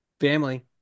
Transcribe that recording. Family